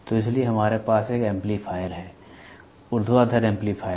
तो इसीलिए हमारे पास एक एम्पलीफायर है ऊर्ध्वाधर एम्पलीफायर